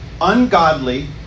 ungodly